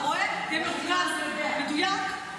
אתה רואה, תהיה מרוכז, מדויק.